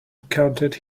counted